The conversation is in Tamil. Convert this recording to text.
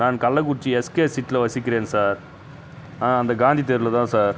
நான் கள்ளக்குறிச்சி எஸ்கே சிட்டியில் வசிக்கிறேன் சார் ஆ அந்த காந்தித் தெருவில் தான் சார்